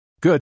Good